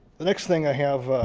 the next thing i have